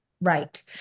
right